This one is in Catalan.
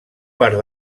part